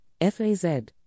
FAZ